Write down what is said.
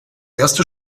erste